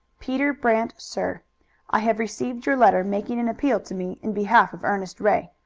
peter brant sir i have received your letter making an appeal to me in behalf of ernest ray,